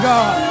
God